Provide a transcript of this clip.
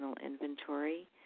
inventory